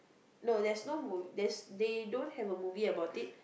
no there's no movie they don't have a movie about it